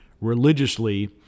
religiously